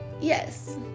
yes